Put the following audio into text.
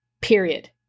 Period